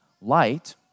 light